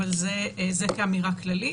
אבל אני אומרת את זה כאמירה כללית.